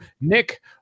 Nick